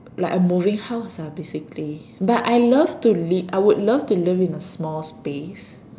like a moving house ah basically but I love to live I would love to live in a small space